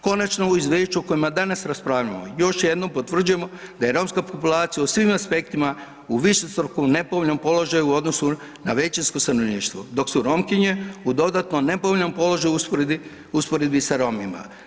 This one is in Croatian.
Konačno u izvješću o kojem danas raspravljamo još jednom potvrđujemo da je romska populacija u svim aspektima u višestrukom nepovoljnom položaju u odnosu na većinsko stanovništvo, dok su Romkinje u dodatno nepovoljnom položaju u usporedbi sa Romima.